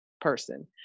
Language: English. person